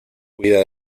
cuida